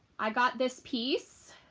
i got this piece.